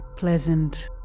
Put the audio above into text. Pleasant